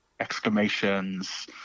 exclamations